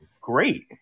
great